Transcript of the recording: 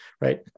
right